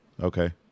Okay